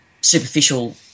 superficial